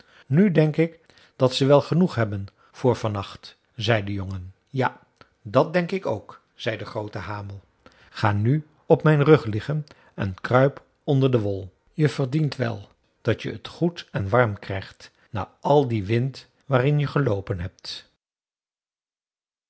nu denk ik dat ze wel genoeg hebben voor van nacht zei de jongen ja dat denk ik ook zei de groote hamel ga nu op mijn rug liggen en kruip onder de wol je verdient wel dat je t goed en warm krijgt na al dien wind waarin je geloopen hebt